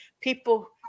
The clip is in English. people